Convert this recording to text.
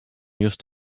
just